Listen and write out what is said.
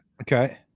Okay